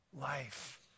life